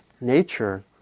nature